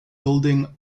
building